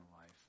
life